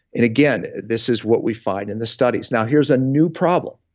and again, this is what we find in the studies. now here's a new problem.